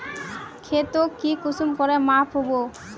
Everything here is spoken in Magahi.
खेतोक ती कुंसम करे माप बो?